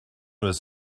was